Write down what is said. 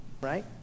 right